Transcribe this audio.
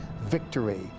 victory